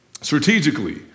strategically